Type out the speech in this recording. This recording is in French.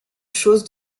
choses